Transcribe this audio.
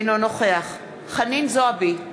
אינו נוכח חנין זועבי,